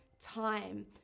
time